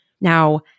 Now